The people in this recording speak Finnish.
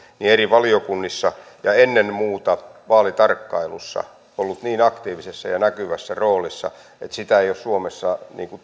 myös eri valiokunnissa ja ennen muuta vaalitarkkailussa ollut niin aktiivisessa ja näkyvässä roolissa että se ei ole suomessa